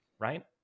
right